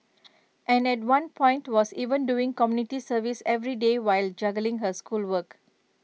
and at one point was even doing community service every day while juggling her schoolwork